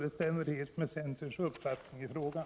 Det stämmer helt med centerns uppfattning i frågan.